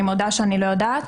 אני מודה שאני לא יודעת.